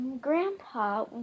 Grandpa